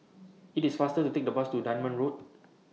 IT IS faster to Take The Bus to Dunman Road